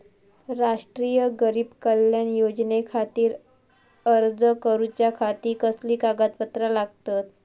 राष्ट्रीय गरीब कल्याण योजनेखातीर अर्ज करूच्या खाती कसली कागदपत्रा लागतत?